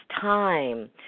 time